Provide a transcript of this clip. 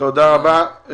תודה רבה.